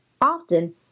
Often